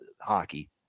hockey